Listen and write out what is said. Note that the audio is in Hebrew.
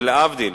ולהבדיל,